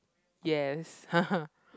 yes